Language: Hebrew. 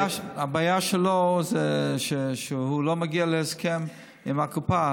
הבעיה שלו היא שהוא לא מגיע להסכם עם הקופה.